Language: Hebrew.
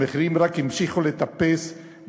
המחירים רק המשיכו לטפס,